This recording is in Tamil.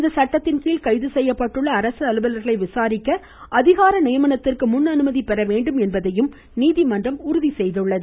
இந்த சட்டத்தின்கீழ் கைது செய்யப்பட்டுள்ள அரசு அலுவலர்களை விசாரிக்க அதிகார நியமனத்திற்கு முன் அனுமதி பெற வேண்டும் என்பதையும் நீதிமன்றம் உறுதி செய்துள்ளது